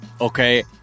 Okay